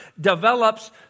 develops